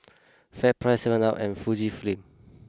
FairPrice seven up and Fujifilm